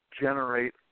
generate